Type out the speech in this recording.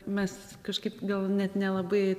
mes kažkaip gal net nelabai